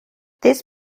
this